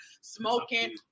smoking